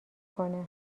کنه